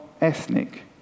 ethnic